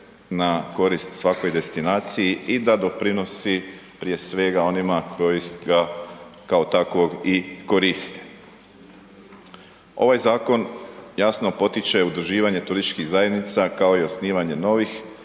na korist svakoj destinaciji i da doprinosi prije svega onima koji ga kao takvog i koriste. Ovaj zakon jasno potiče udruživanje turističkih zajednica, kao i osnivanje novih,